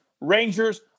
Rangers